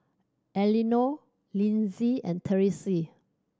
Elenore Linzy and Therese